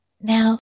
now